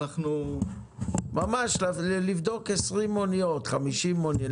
ממש לבדוק 20 מוניות, 50 מוניות.